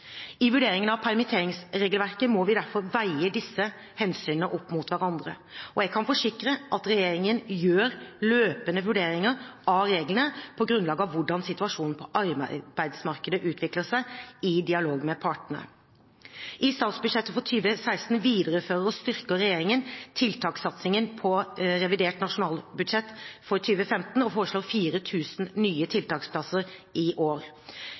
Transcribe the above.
I vurderingen av permitteringsregelverket må vi derfor veie disse hensynene opp mot hverandre. Jeg kan forsikre at regjeringen gjør løpende vurderinger av reglene, på grunnlag av hvordan situasjonen på arbeidsmarkedet utvikler seg og i dialog med partene. I statsbudsjettet for 2016 viderefører og styrker regjeringen tiltakssatsingen fra revidert nasjonalbudsjett for 2015 og foreslår 4 000 nye tiltaksplasser i år.